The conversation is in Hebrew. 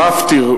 מפטיר.